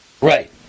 Right